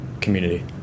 community